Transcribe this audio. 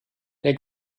der